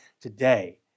today